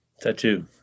Tattoo